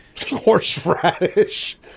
Horseradish